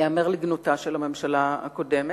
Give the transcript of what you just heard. ייאמר לגנותה של הממשלה הקודמת,